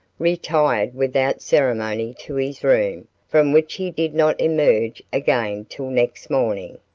retired without ceremony to his room, from which he did not emerge again till next morning.